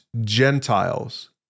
Gentiles